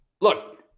look